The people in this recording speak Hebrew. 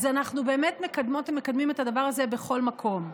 אז אנחנו באמת מקדמות ומקדמים את הדבר הזה בכל מקום.